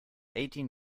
eighteen